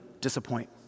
disappoint